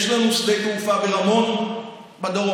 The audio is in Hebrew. יש לנו שדה תעופה ברמון בדרום,